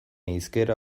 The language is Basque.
hizkera